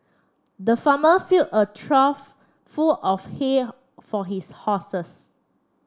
the farmer filled a trough full of hay for his horses